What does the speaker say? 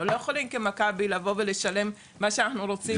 אנחנו לא יכולים כ'מכבי' לבוא ולשלם מה שאנחנו רוצים.